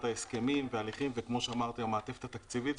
ההסכמים וההליכים וכמו שאמרתי המעטפת התקציבית.